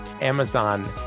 Amazon